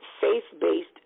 faith-based